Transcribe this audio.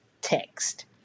text